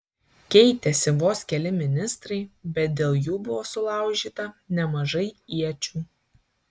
keitėsi vos keli ministrai bet dėl jų buvo sulaužyta nemažai iečių